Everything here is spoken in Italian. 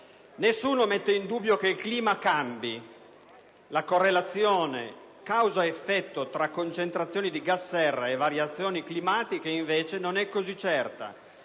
Nessuno mette in dubbio che il clima cambi: la correlazione causa-effetto tra concentrazione di gas serra e variazioni climatiche invece non è così certa